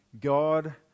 God